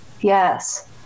Yes